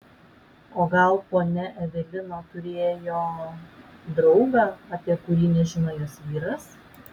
o gal ponia evelina turėjo draugą apie kurį nežino jos vyras